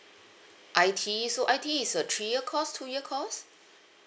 I_T so I_T is a three year course two year course